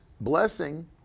blessing